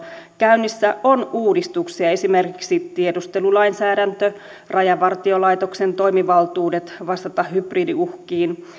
käynnissä on uudistuksia esimerkiksi tiedustelulainsäädäntö rajavartiolaitoksen toimivaltuudet vastata hybridiuhkiin